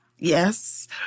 Yes